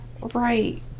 Right